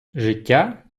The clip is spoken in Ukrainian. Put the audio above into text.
життя